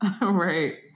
Right